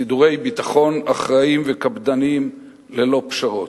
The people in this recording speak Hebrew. סידורי ביטחון אחראיים וקפדניים ללא פשרות.